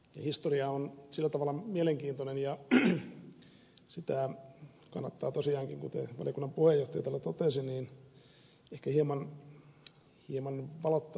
historia on sillä tavalla mielenkiintoinen ja sitä kannattaa tosiaankin kuten valiokunnan puheenjohtaja totesi ehkä hieman valottaa ja arvioida